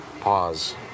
pause